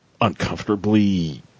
uncomfortably